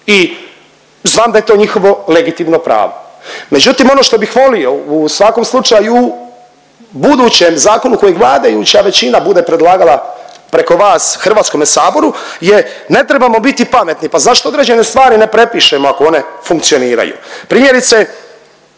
i znam da je to njihovo legitimno pravo, međutim ono što bih volio u svakom slučaju budućem zakonu kojeg vladajuća većina bude predlagala preko vas HS je ne trebamo biti pametni, pa zašto određene stvari ne prepišemo ako one funkcioniraju. Primjerice